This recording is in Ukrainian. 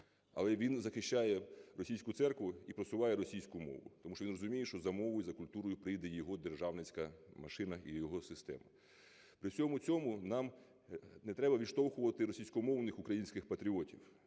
Але він захищає російську церкву і просуває російську мову, тому що він розуміє, що за мовою і за культурою прийде його державницька машина і його система. При всьому цьому нам не треба відштовхувати російськомовних українських патріотів.